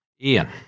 Ian